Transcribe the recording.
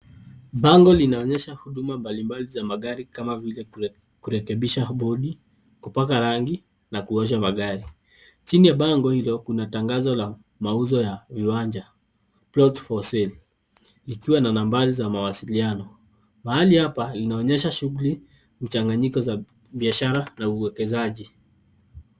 Bango linaonyesha huduma mbalimbali za magari kama vile kurekebisha bodi, kupaka rangi na kuosha magari. Chini ya bango hilo kuna tangazo ya mauzo ya viwanja, plots for sale ikiwa na nambari za mawasiliano. Mahali hapa inaonnyesha shughuli, mchanganyiko za kibiashara na uwekezaji.